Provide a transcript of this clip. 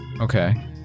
Okay